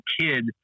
kid